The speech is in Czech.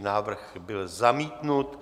Návrh byl zamítnut.